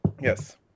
Yes